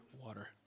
water